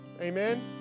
Amen